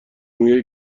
میگه